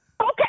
Okay